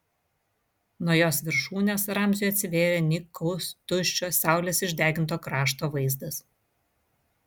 nuo jos viršūnės ramziui atsivėrė nykus tuščio saulės išdeginto krašto vaizdas